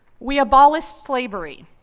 we abolished slavery,